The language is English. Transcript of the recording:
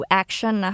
action